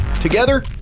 Together